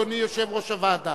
אדוני יושב-ראש הוועדה,